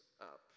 up